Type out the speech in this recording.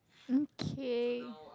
okay